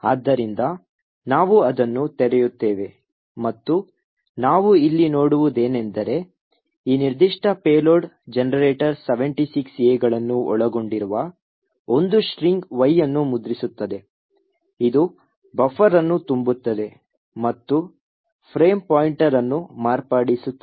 ಆದ್ದರಿಂದ ನಾವು ಅದನ್ನು ತೆರೆಯುತ್ತೇವೆ ಮತ್ತು ನಾವು ಇಲ್ಲಿ ನೋಡುವುದೇನೆಂದರೆ ಈ ನಿರ್ದಿಷ್ಟ ಪೇಲೋಡ್ ಜನರೇಟರ್ 76 A ಗಳನ್ನು ಒಳಗೊಂಡಿರುವ ಒಂದು ಸ್ರಿಂಗ್ Y ಅನ್ನು ಮುದ್ರಿಸುತ್ತದೆ ಇದು ಬಫರ್ ಅನ್ನು ತುಂಬುತ್ತದೆ ಮತ್ತು ಫ್ರೇಮ್ ಪಾಯಿಂಟರ್ ಅನ್ನು ಮಾರ್ಪಡಿಸುತ್ತದೆ